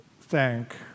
thank